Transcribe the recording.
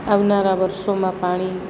આવનારા વર્ષોમાં પાણી